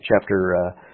chapter